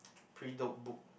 pre dope book